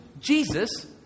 Jesus